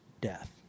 death